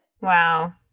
Wow